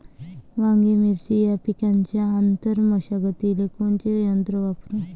वांगे, मिरची या पिकाच्या आंतर मशागतीले कोनचे यंत्र वापरू?